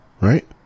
Right